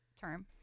term